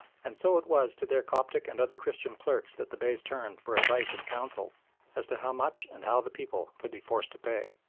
and so it was to their coptic and other christian clerks that the beys turned for advice and counsel as to how much and how the people could be forced to pay.